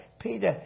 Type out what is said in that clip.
Peter